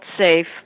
safe